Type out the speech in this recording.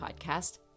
Podcast